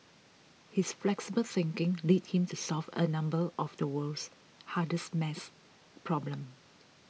his flexible thinking led him to solve a number of the world's hardest maths problem